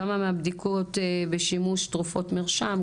כמה מהבדיקות בשימוש תרופות מרשם,